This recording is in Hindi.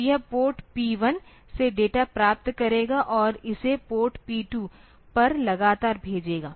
तो यह पोर्ट P1 से डेटा प्राप्त करेगा और इसे पोर्ट P2 पर लगातार भेजेगा